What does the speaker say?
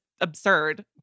absurd